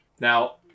Now